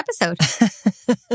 episode